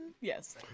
Yes